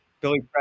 Billy